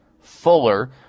fuller